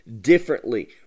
differently